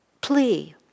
plea